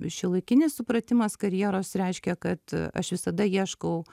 šiuolaikinis supratimas karjeros reiškia kad aš visada ieškau